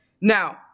Now